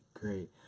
great